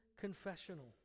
confessional